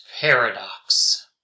paradox